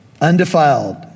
undefiled